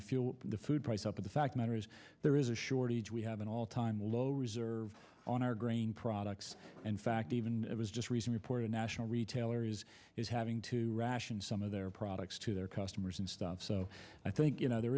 driving fuel the food price up the fact matter is there is a shortage we have an all time low reserve on our grain products and fact even it was just recently reported national retailer is is having to ration some of their products to their customers and stuff so i think you know there